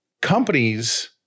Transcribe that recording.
Companies